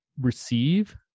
receive